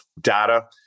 data